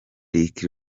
rick